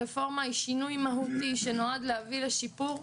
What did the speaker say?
הרפורמה היא שינוי מהותי שנועד להביא לשיפור,